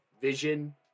vision